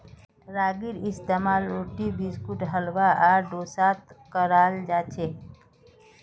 रागीर इस्तेमाल रोटी बिस्कुट हलवा आर डोसात कराल जाछेक